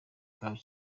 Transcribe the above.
camp